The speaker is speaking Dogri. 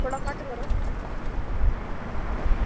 थोह्ड़ा घट्ट करो